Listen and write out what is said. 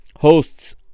hosts